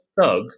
thug